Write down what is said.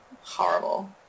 horrible